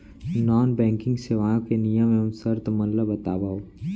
non banking सेवाओं के नियम एवं शर्त मन ला बतावव